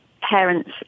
parents